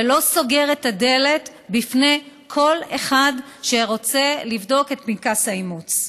שלא סוגר את הדלת בפני כל אחד שרוצה לבדוק את פנקס האימוץ.